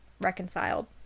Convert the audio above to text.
reconciled